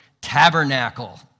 tabernacle